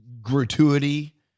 gratuity